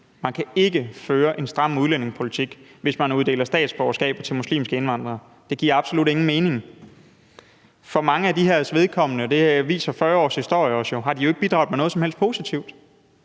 Man kan ikke føre en stram udlændingepolitik, hvis man uddeler statsborgerskaber til muslimske indvandrere. Det giver absolut ingen mening. For mange af de her personers vedkommende, og det viser 40 års historie os jo, har de jo ikke bidraget med noget som helst positivt.